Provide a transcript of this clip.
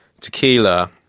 tequila